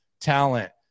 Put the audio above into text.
talent